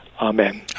Amen